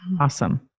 Awesome